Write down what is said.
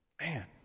Man